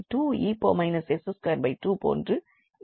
எனவே இது 2𝑒−𝑠22 போன்று இருக்கும்